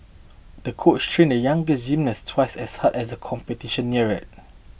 the coach trained the younger gymnast twice as hard as the competition neared